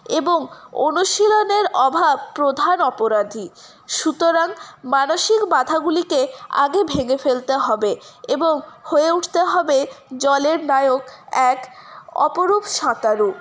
এবং অনুশীলনের অভাব প্রধান অপরাধী সুতরাং মানসিক বাধাগুলিকে আগে ভেঙে ফেলতে হবে এবং হয়ে উঠতে হবে জলের নায়ক এক অপরূপ সাঁতারু